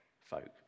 folk